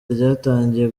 ryatangiye